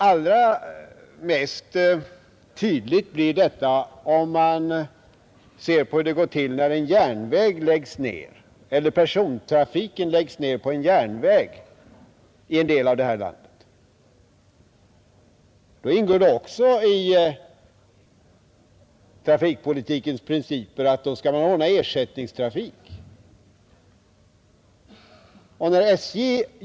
Allra mest tydligt blir detta om man ser på hur det går till när en järnväg eller persontrafiken på en järnväg läggs ner i en del av landet. Det ingår i trafikpolitikens principer att ersättningstrafik då skall ordnas.